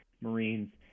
Marines